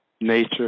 nature